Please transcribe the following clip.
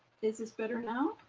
this this better now?